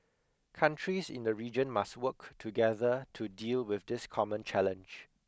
countries in the region must work together to deal with this common challenge